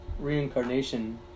reincarnation